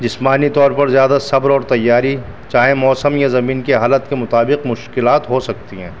جسمانی طور پر زیادہ صبر اور تیاری چاہے موسم یا زمین کی حالت کے مطابق مشکلات ہو سکتی ہیں